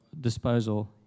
disposal